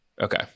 okay